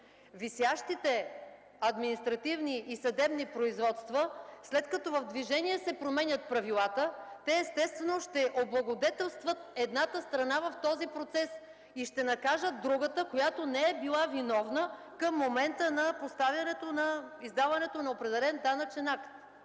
Висящите административни и съдебни производства, след като в движение се променят правилата, естествено ще облагодетелстват едната страна в този процес и ще накажат другата, която не е била виновна към момента на издаването на определен данъчен акт.